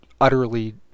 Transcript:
utterly